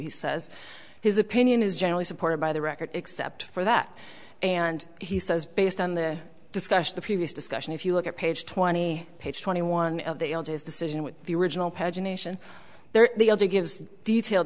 he says his opinion is generally supported by the record except for that and he says based on the discussion the previous discussion if you look at page twenty page twenty one of the elders decision the original pagination gives detailed